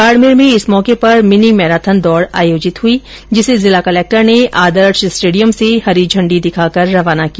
बाड़मेर में इस मौके पर मिनी मैरांथन दौड़ आयोजित हुई जिसे जिला कलेक्टर ने आदर्श स्टेडियम से हरी झण्डी दिखाकर रवाना किया